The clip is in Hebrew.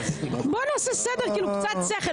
בואו נעשה סדר, קצת שכל.